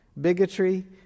bigotry